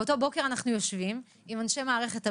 באותו בוקר אנחנו יושבים עם אנשי מערכת הבריאות,